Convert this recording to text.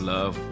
Love